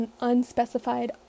unspecified